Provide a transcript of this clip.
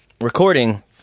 recording